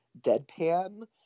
deadpan